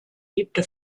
lebte